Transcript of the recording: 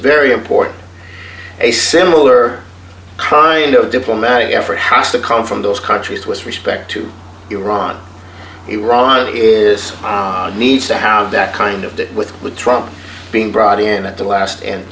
very important a similar cry in the diplomatic effort has to come from those countries with respect to iran iran is need to have that kind of that with with trump being brought in at the last and